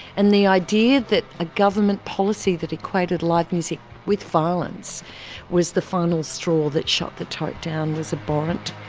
and the idea that a government policy that equated live music with violence was the final straw that shut the tote down was abhorrent.